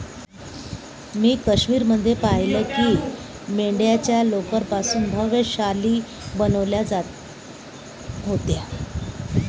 मी काश्मीर मध्ये पाहिलं की मेंढ्यांच्या लोकर पासून भव्य शाली बनवल्या जात होत्या